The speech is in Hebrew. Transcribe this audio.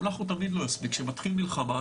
אמל"ח הוא תמיד לא יספיק, כשמתחילה מלחמה